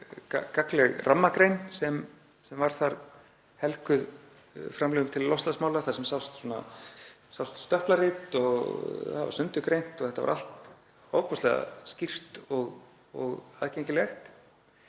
gagnleg rammagrein sem var þar helguð framlögum til loftslagsmála þar sem sást stöplarit og sundurgreint og þetta var allt ofboðslega skýrt og aðgengilegt.